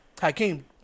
Hakeem